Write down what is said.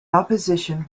opposition